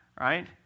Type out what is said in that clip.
right